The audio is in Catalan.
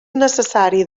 necessari